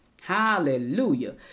Hallelujah